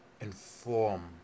inform